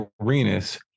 Arenas